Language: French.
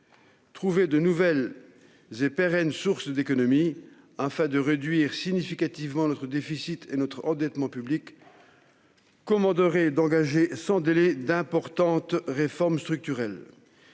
d'économies nouvelles et pérennes, afin de réduire significativement notre déficit et notre endettement publics, commanderait d'engager sans délai d'importantes réformes structurelles